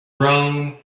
rome